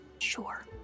Sure